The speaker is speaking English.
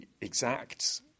exact